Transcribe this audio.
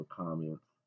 comments